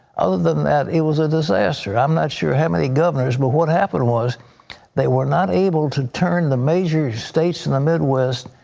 other than that, it was a disaster. i'm not sure how many governors, but what happened was they were not able to turn the major states in the midwest